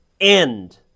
End